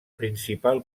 principal